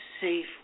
safe